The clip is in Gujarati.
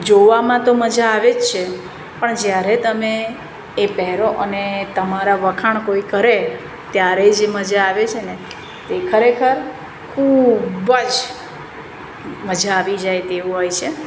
જોવામાં તો મજા આવે જ છે પણ જ્યારે તમે એ પહેરો અને તમારા વખાણ કોઈ કરે ત્યારે જે મજા આવે છે ને તે ખરેખર ખૂબ જ મજા આવી જાય તેવું હોય છે